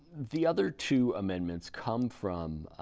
the other two amendments come from,